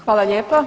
Hvala lijepa.